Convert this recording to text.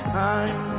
time